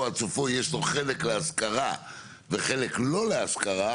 עד סופו יש לו חלק להשכרה וחלק לא להשכרה,